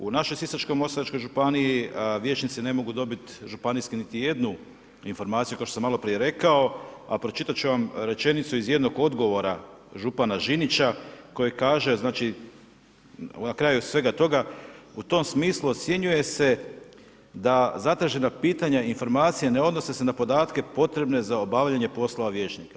U našoj Sisačko-moslavačkoj županiji vijećnici ne mogu dobiti županijski niti jednu informaciju, kao što sam malo prije rekao, a pročitat ću vam rečenicu iz jednog odgovora župana Žinića koji kaže znači, na kraju svega toga u tom smislu ocjenjuje se da zatražena pitanja i informacije ne odnose se na podatke potrebne za obavljanje poslova vijećnika.